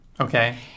Okay